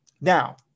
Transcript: Now